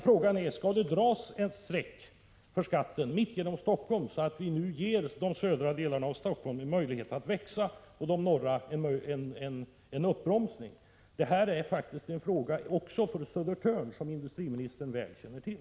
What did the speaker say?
Frågan är: Skall det dras ett streck för skatten mitt genom Stockhom, så att man därmed ger de södra delarna av Stockholm en möjlighet att växa och de norra en uppbromsning? Detta är faktiskt en fråga också för Södertörn, vilket industriministern väl känner till.